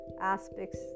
aspects